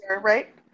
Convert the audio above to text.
right